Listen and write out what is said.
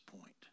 point